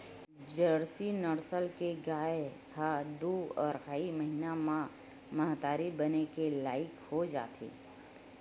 Jersey नसल के गाय ह दू अड़हई महिना म महतारी बने के लइक हो जाथे